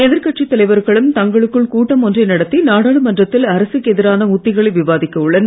எதிர்க்கட்சித் தலைவர்களும் கூட்டம் ஒன்றை நடத்தி நாடாளுமன்றத்தில் அரசுக்கு எதிரான உத்திகளை விவாதிக்க உள்ளனர்